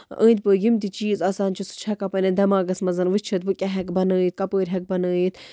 أندۍ پٔکۍ یِم تہِ چیٖز آسان چھِ سُہ چھُ ہیٚکان پَنٕنٮ۪ن دٮ۪ماگَس منٛز وُچھِتھ بہٕ کیاہ ہیٚکہٕ بَنٲیِتھ کَپٲرۍ ہیٚکہٕ بَنٲیِتھ